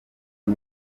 nko